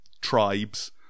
tribes